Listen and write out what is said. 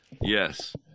Yes